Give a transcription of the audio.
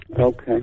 Okay